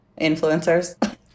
influencers